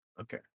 Okay